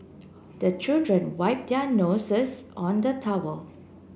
the children wipe their noses on the towel